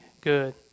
good